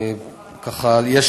אפילו ברשימה שלי.